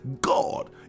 God